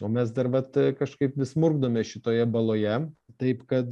o mes dar vat kažkaip vis murkdomės šitoje baloje taip kad